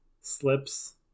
slips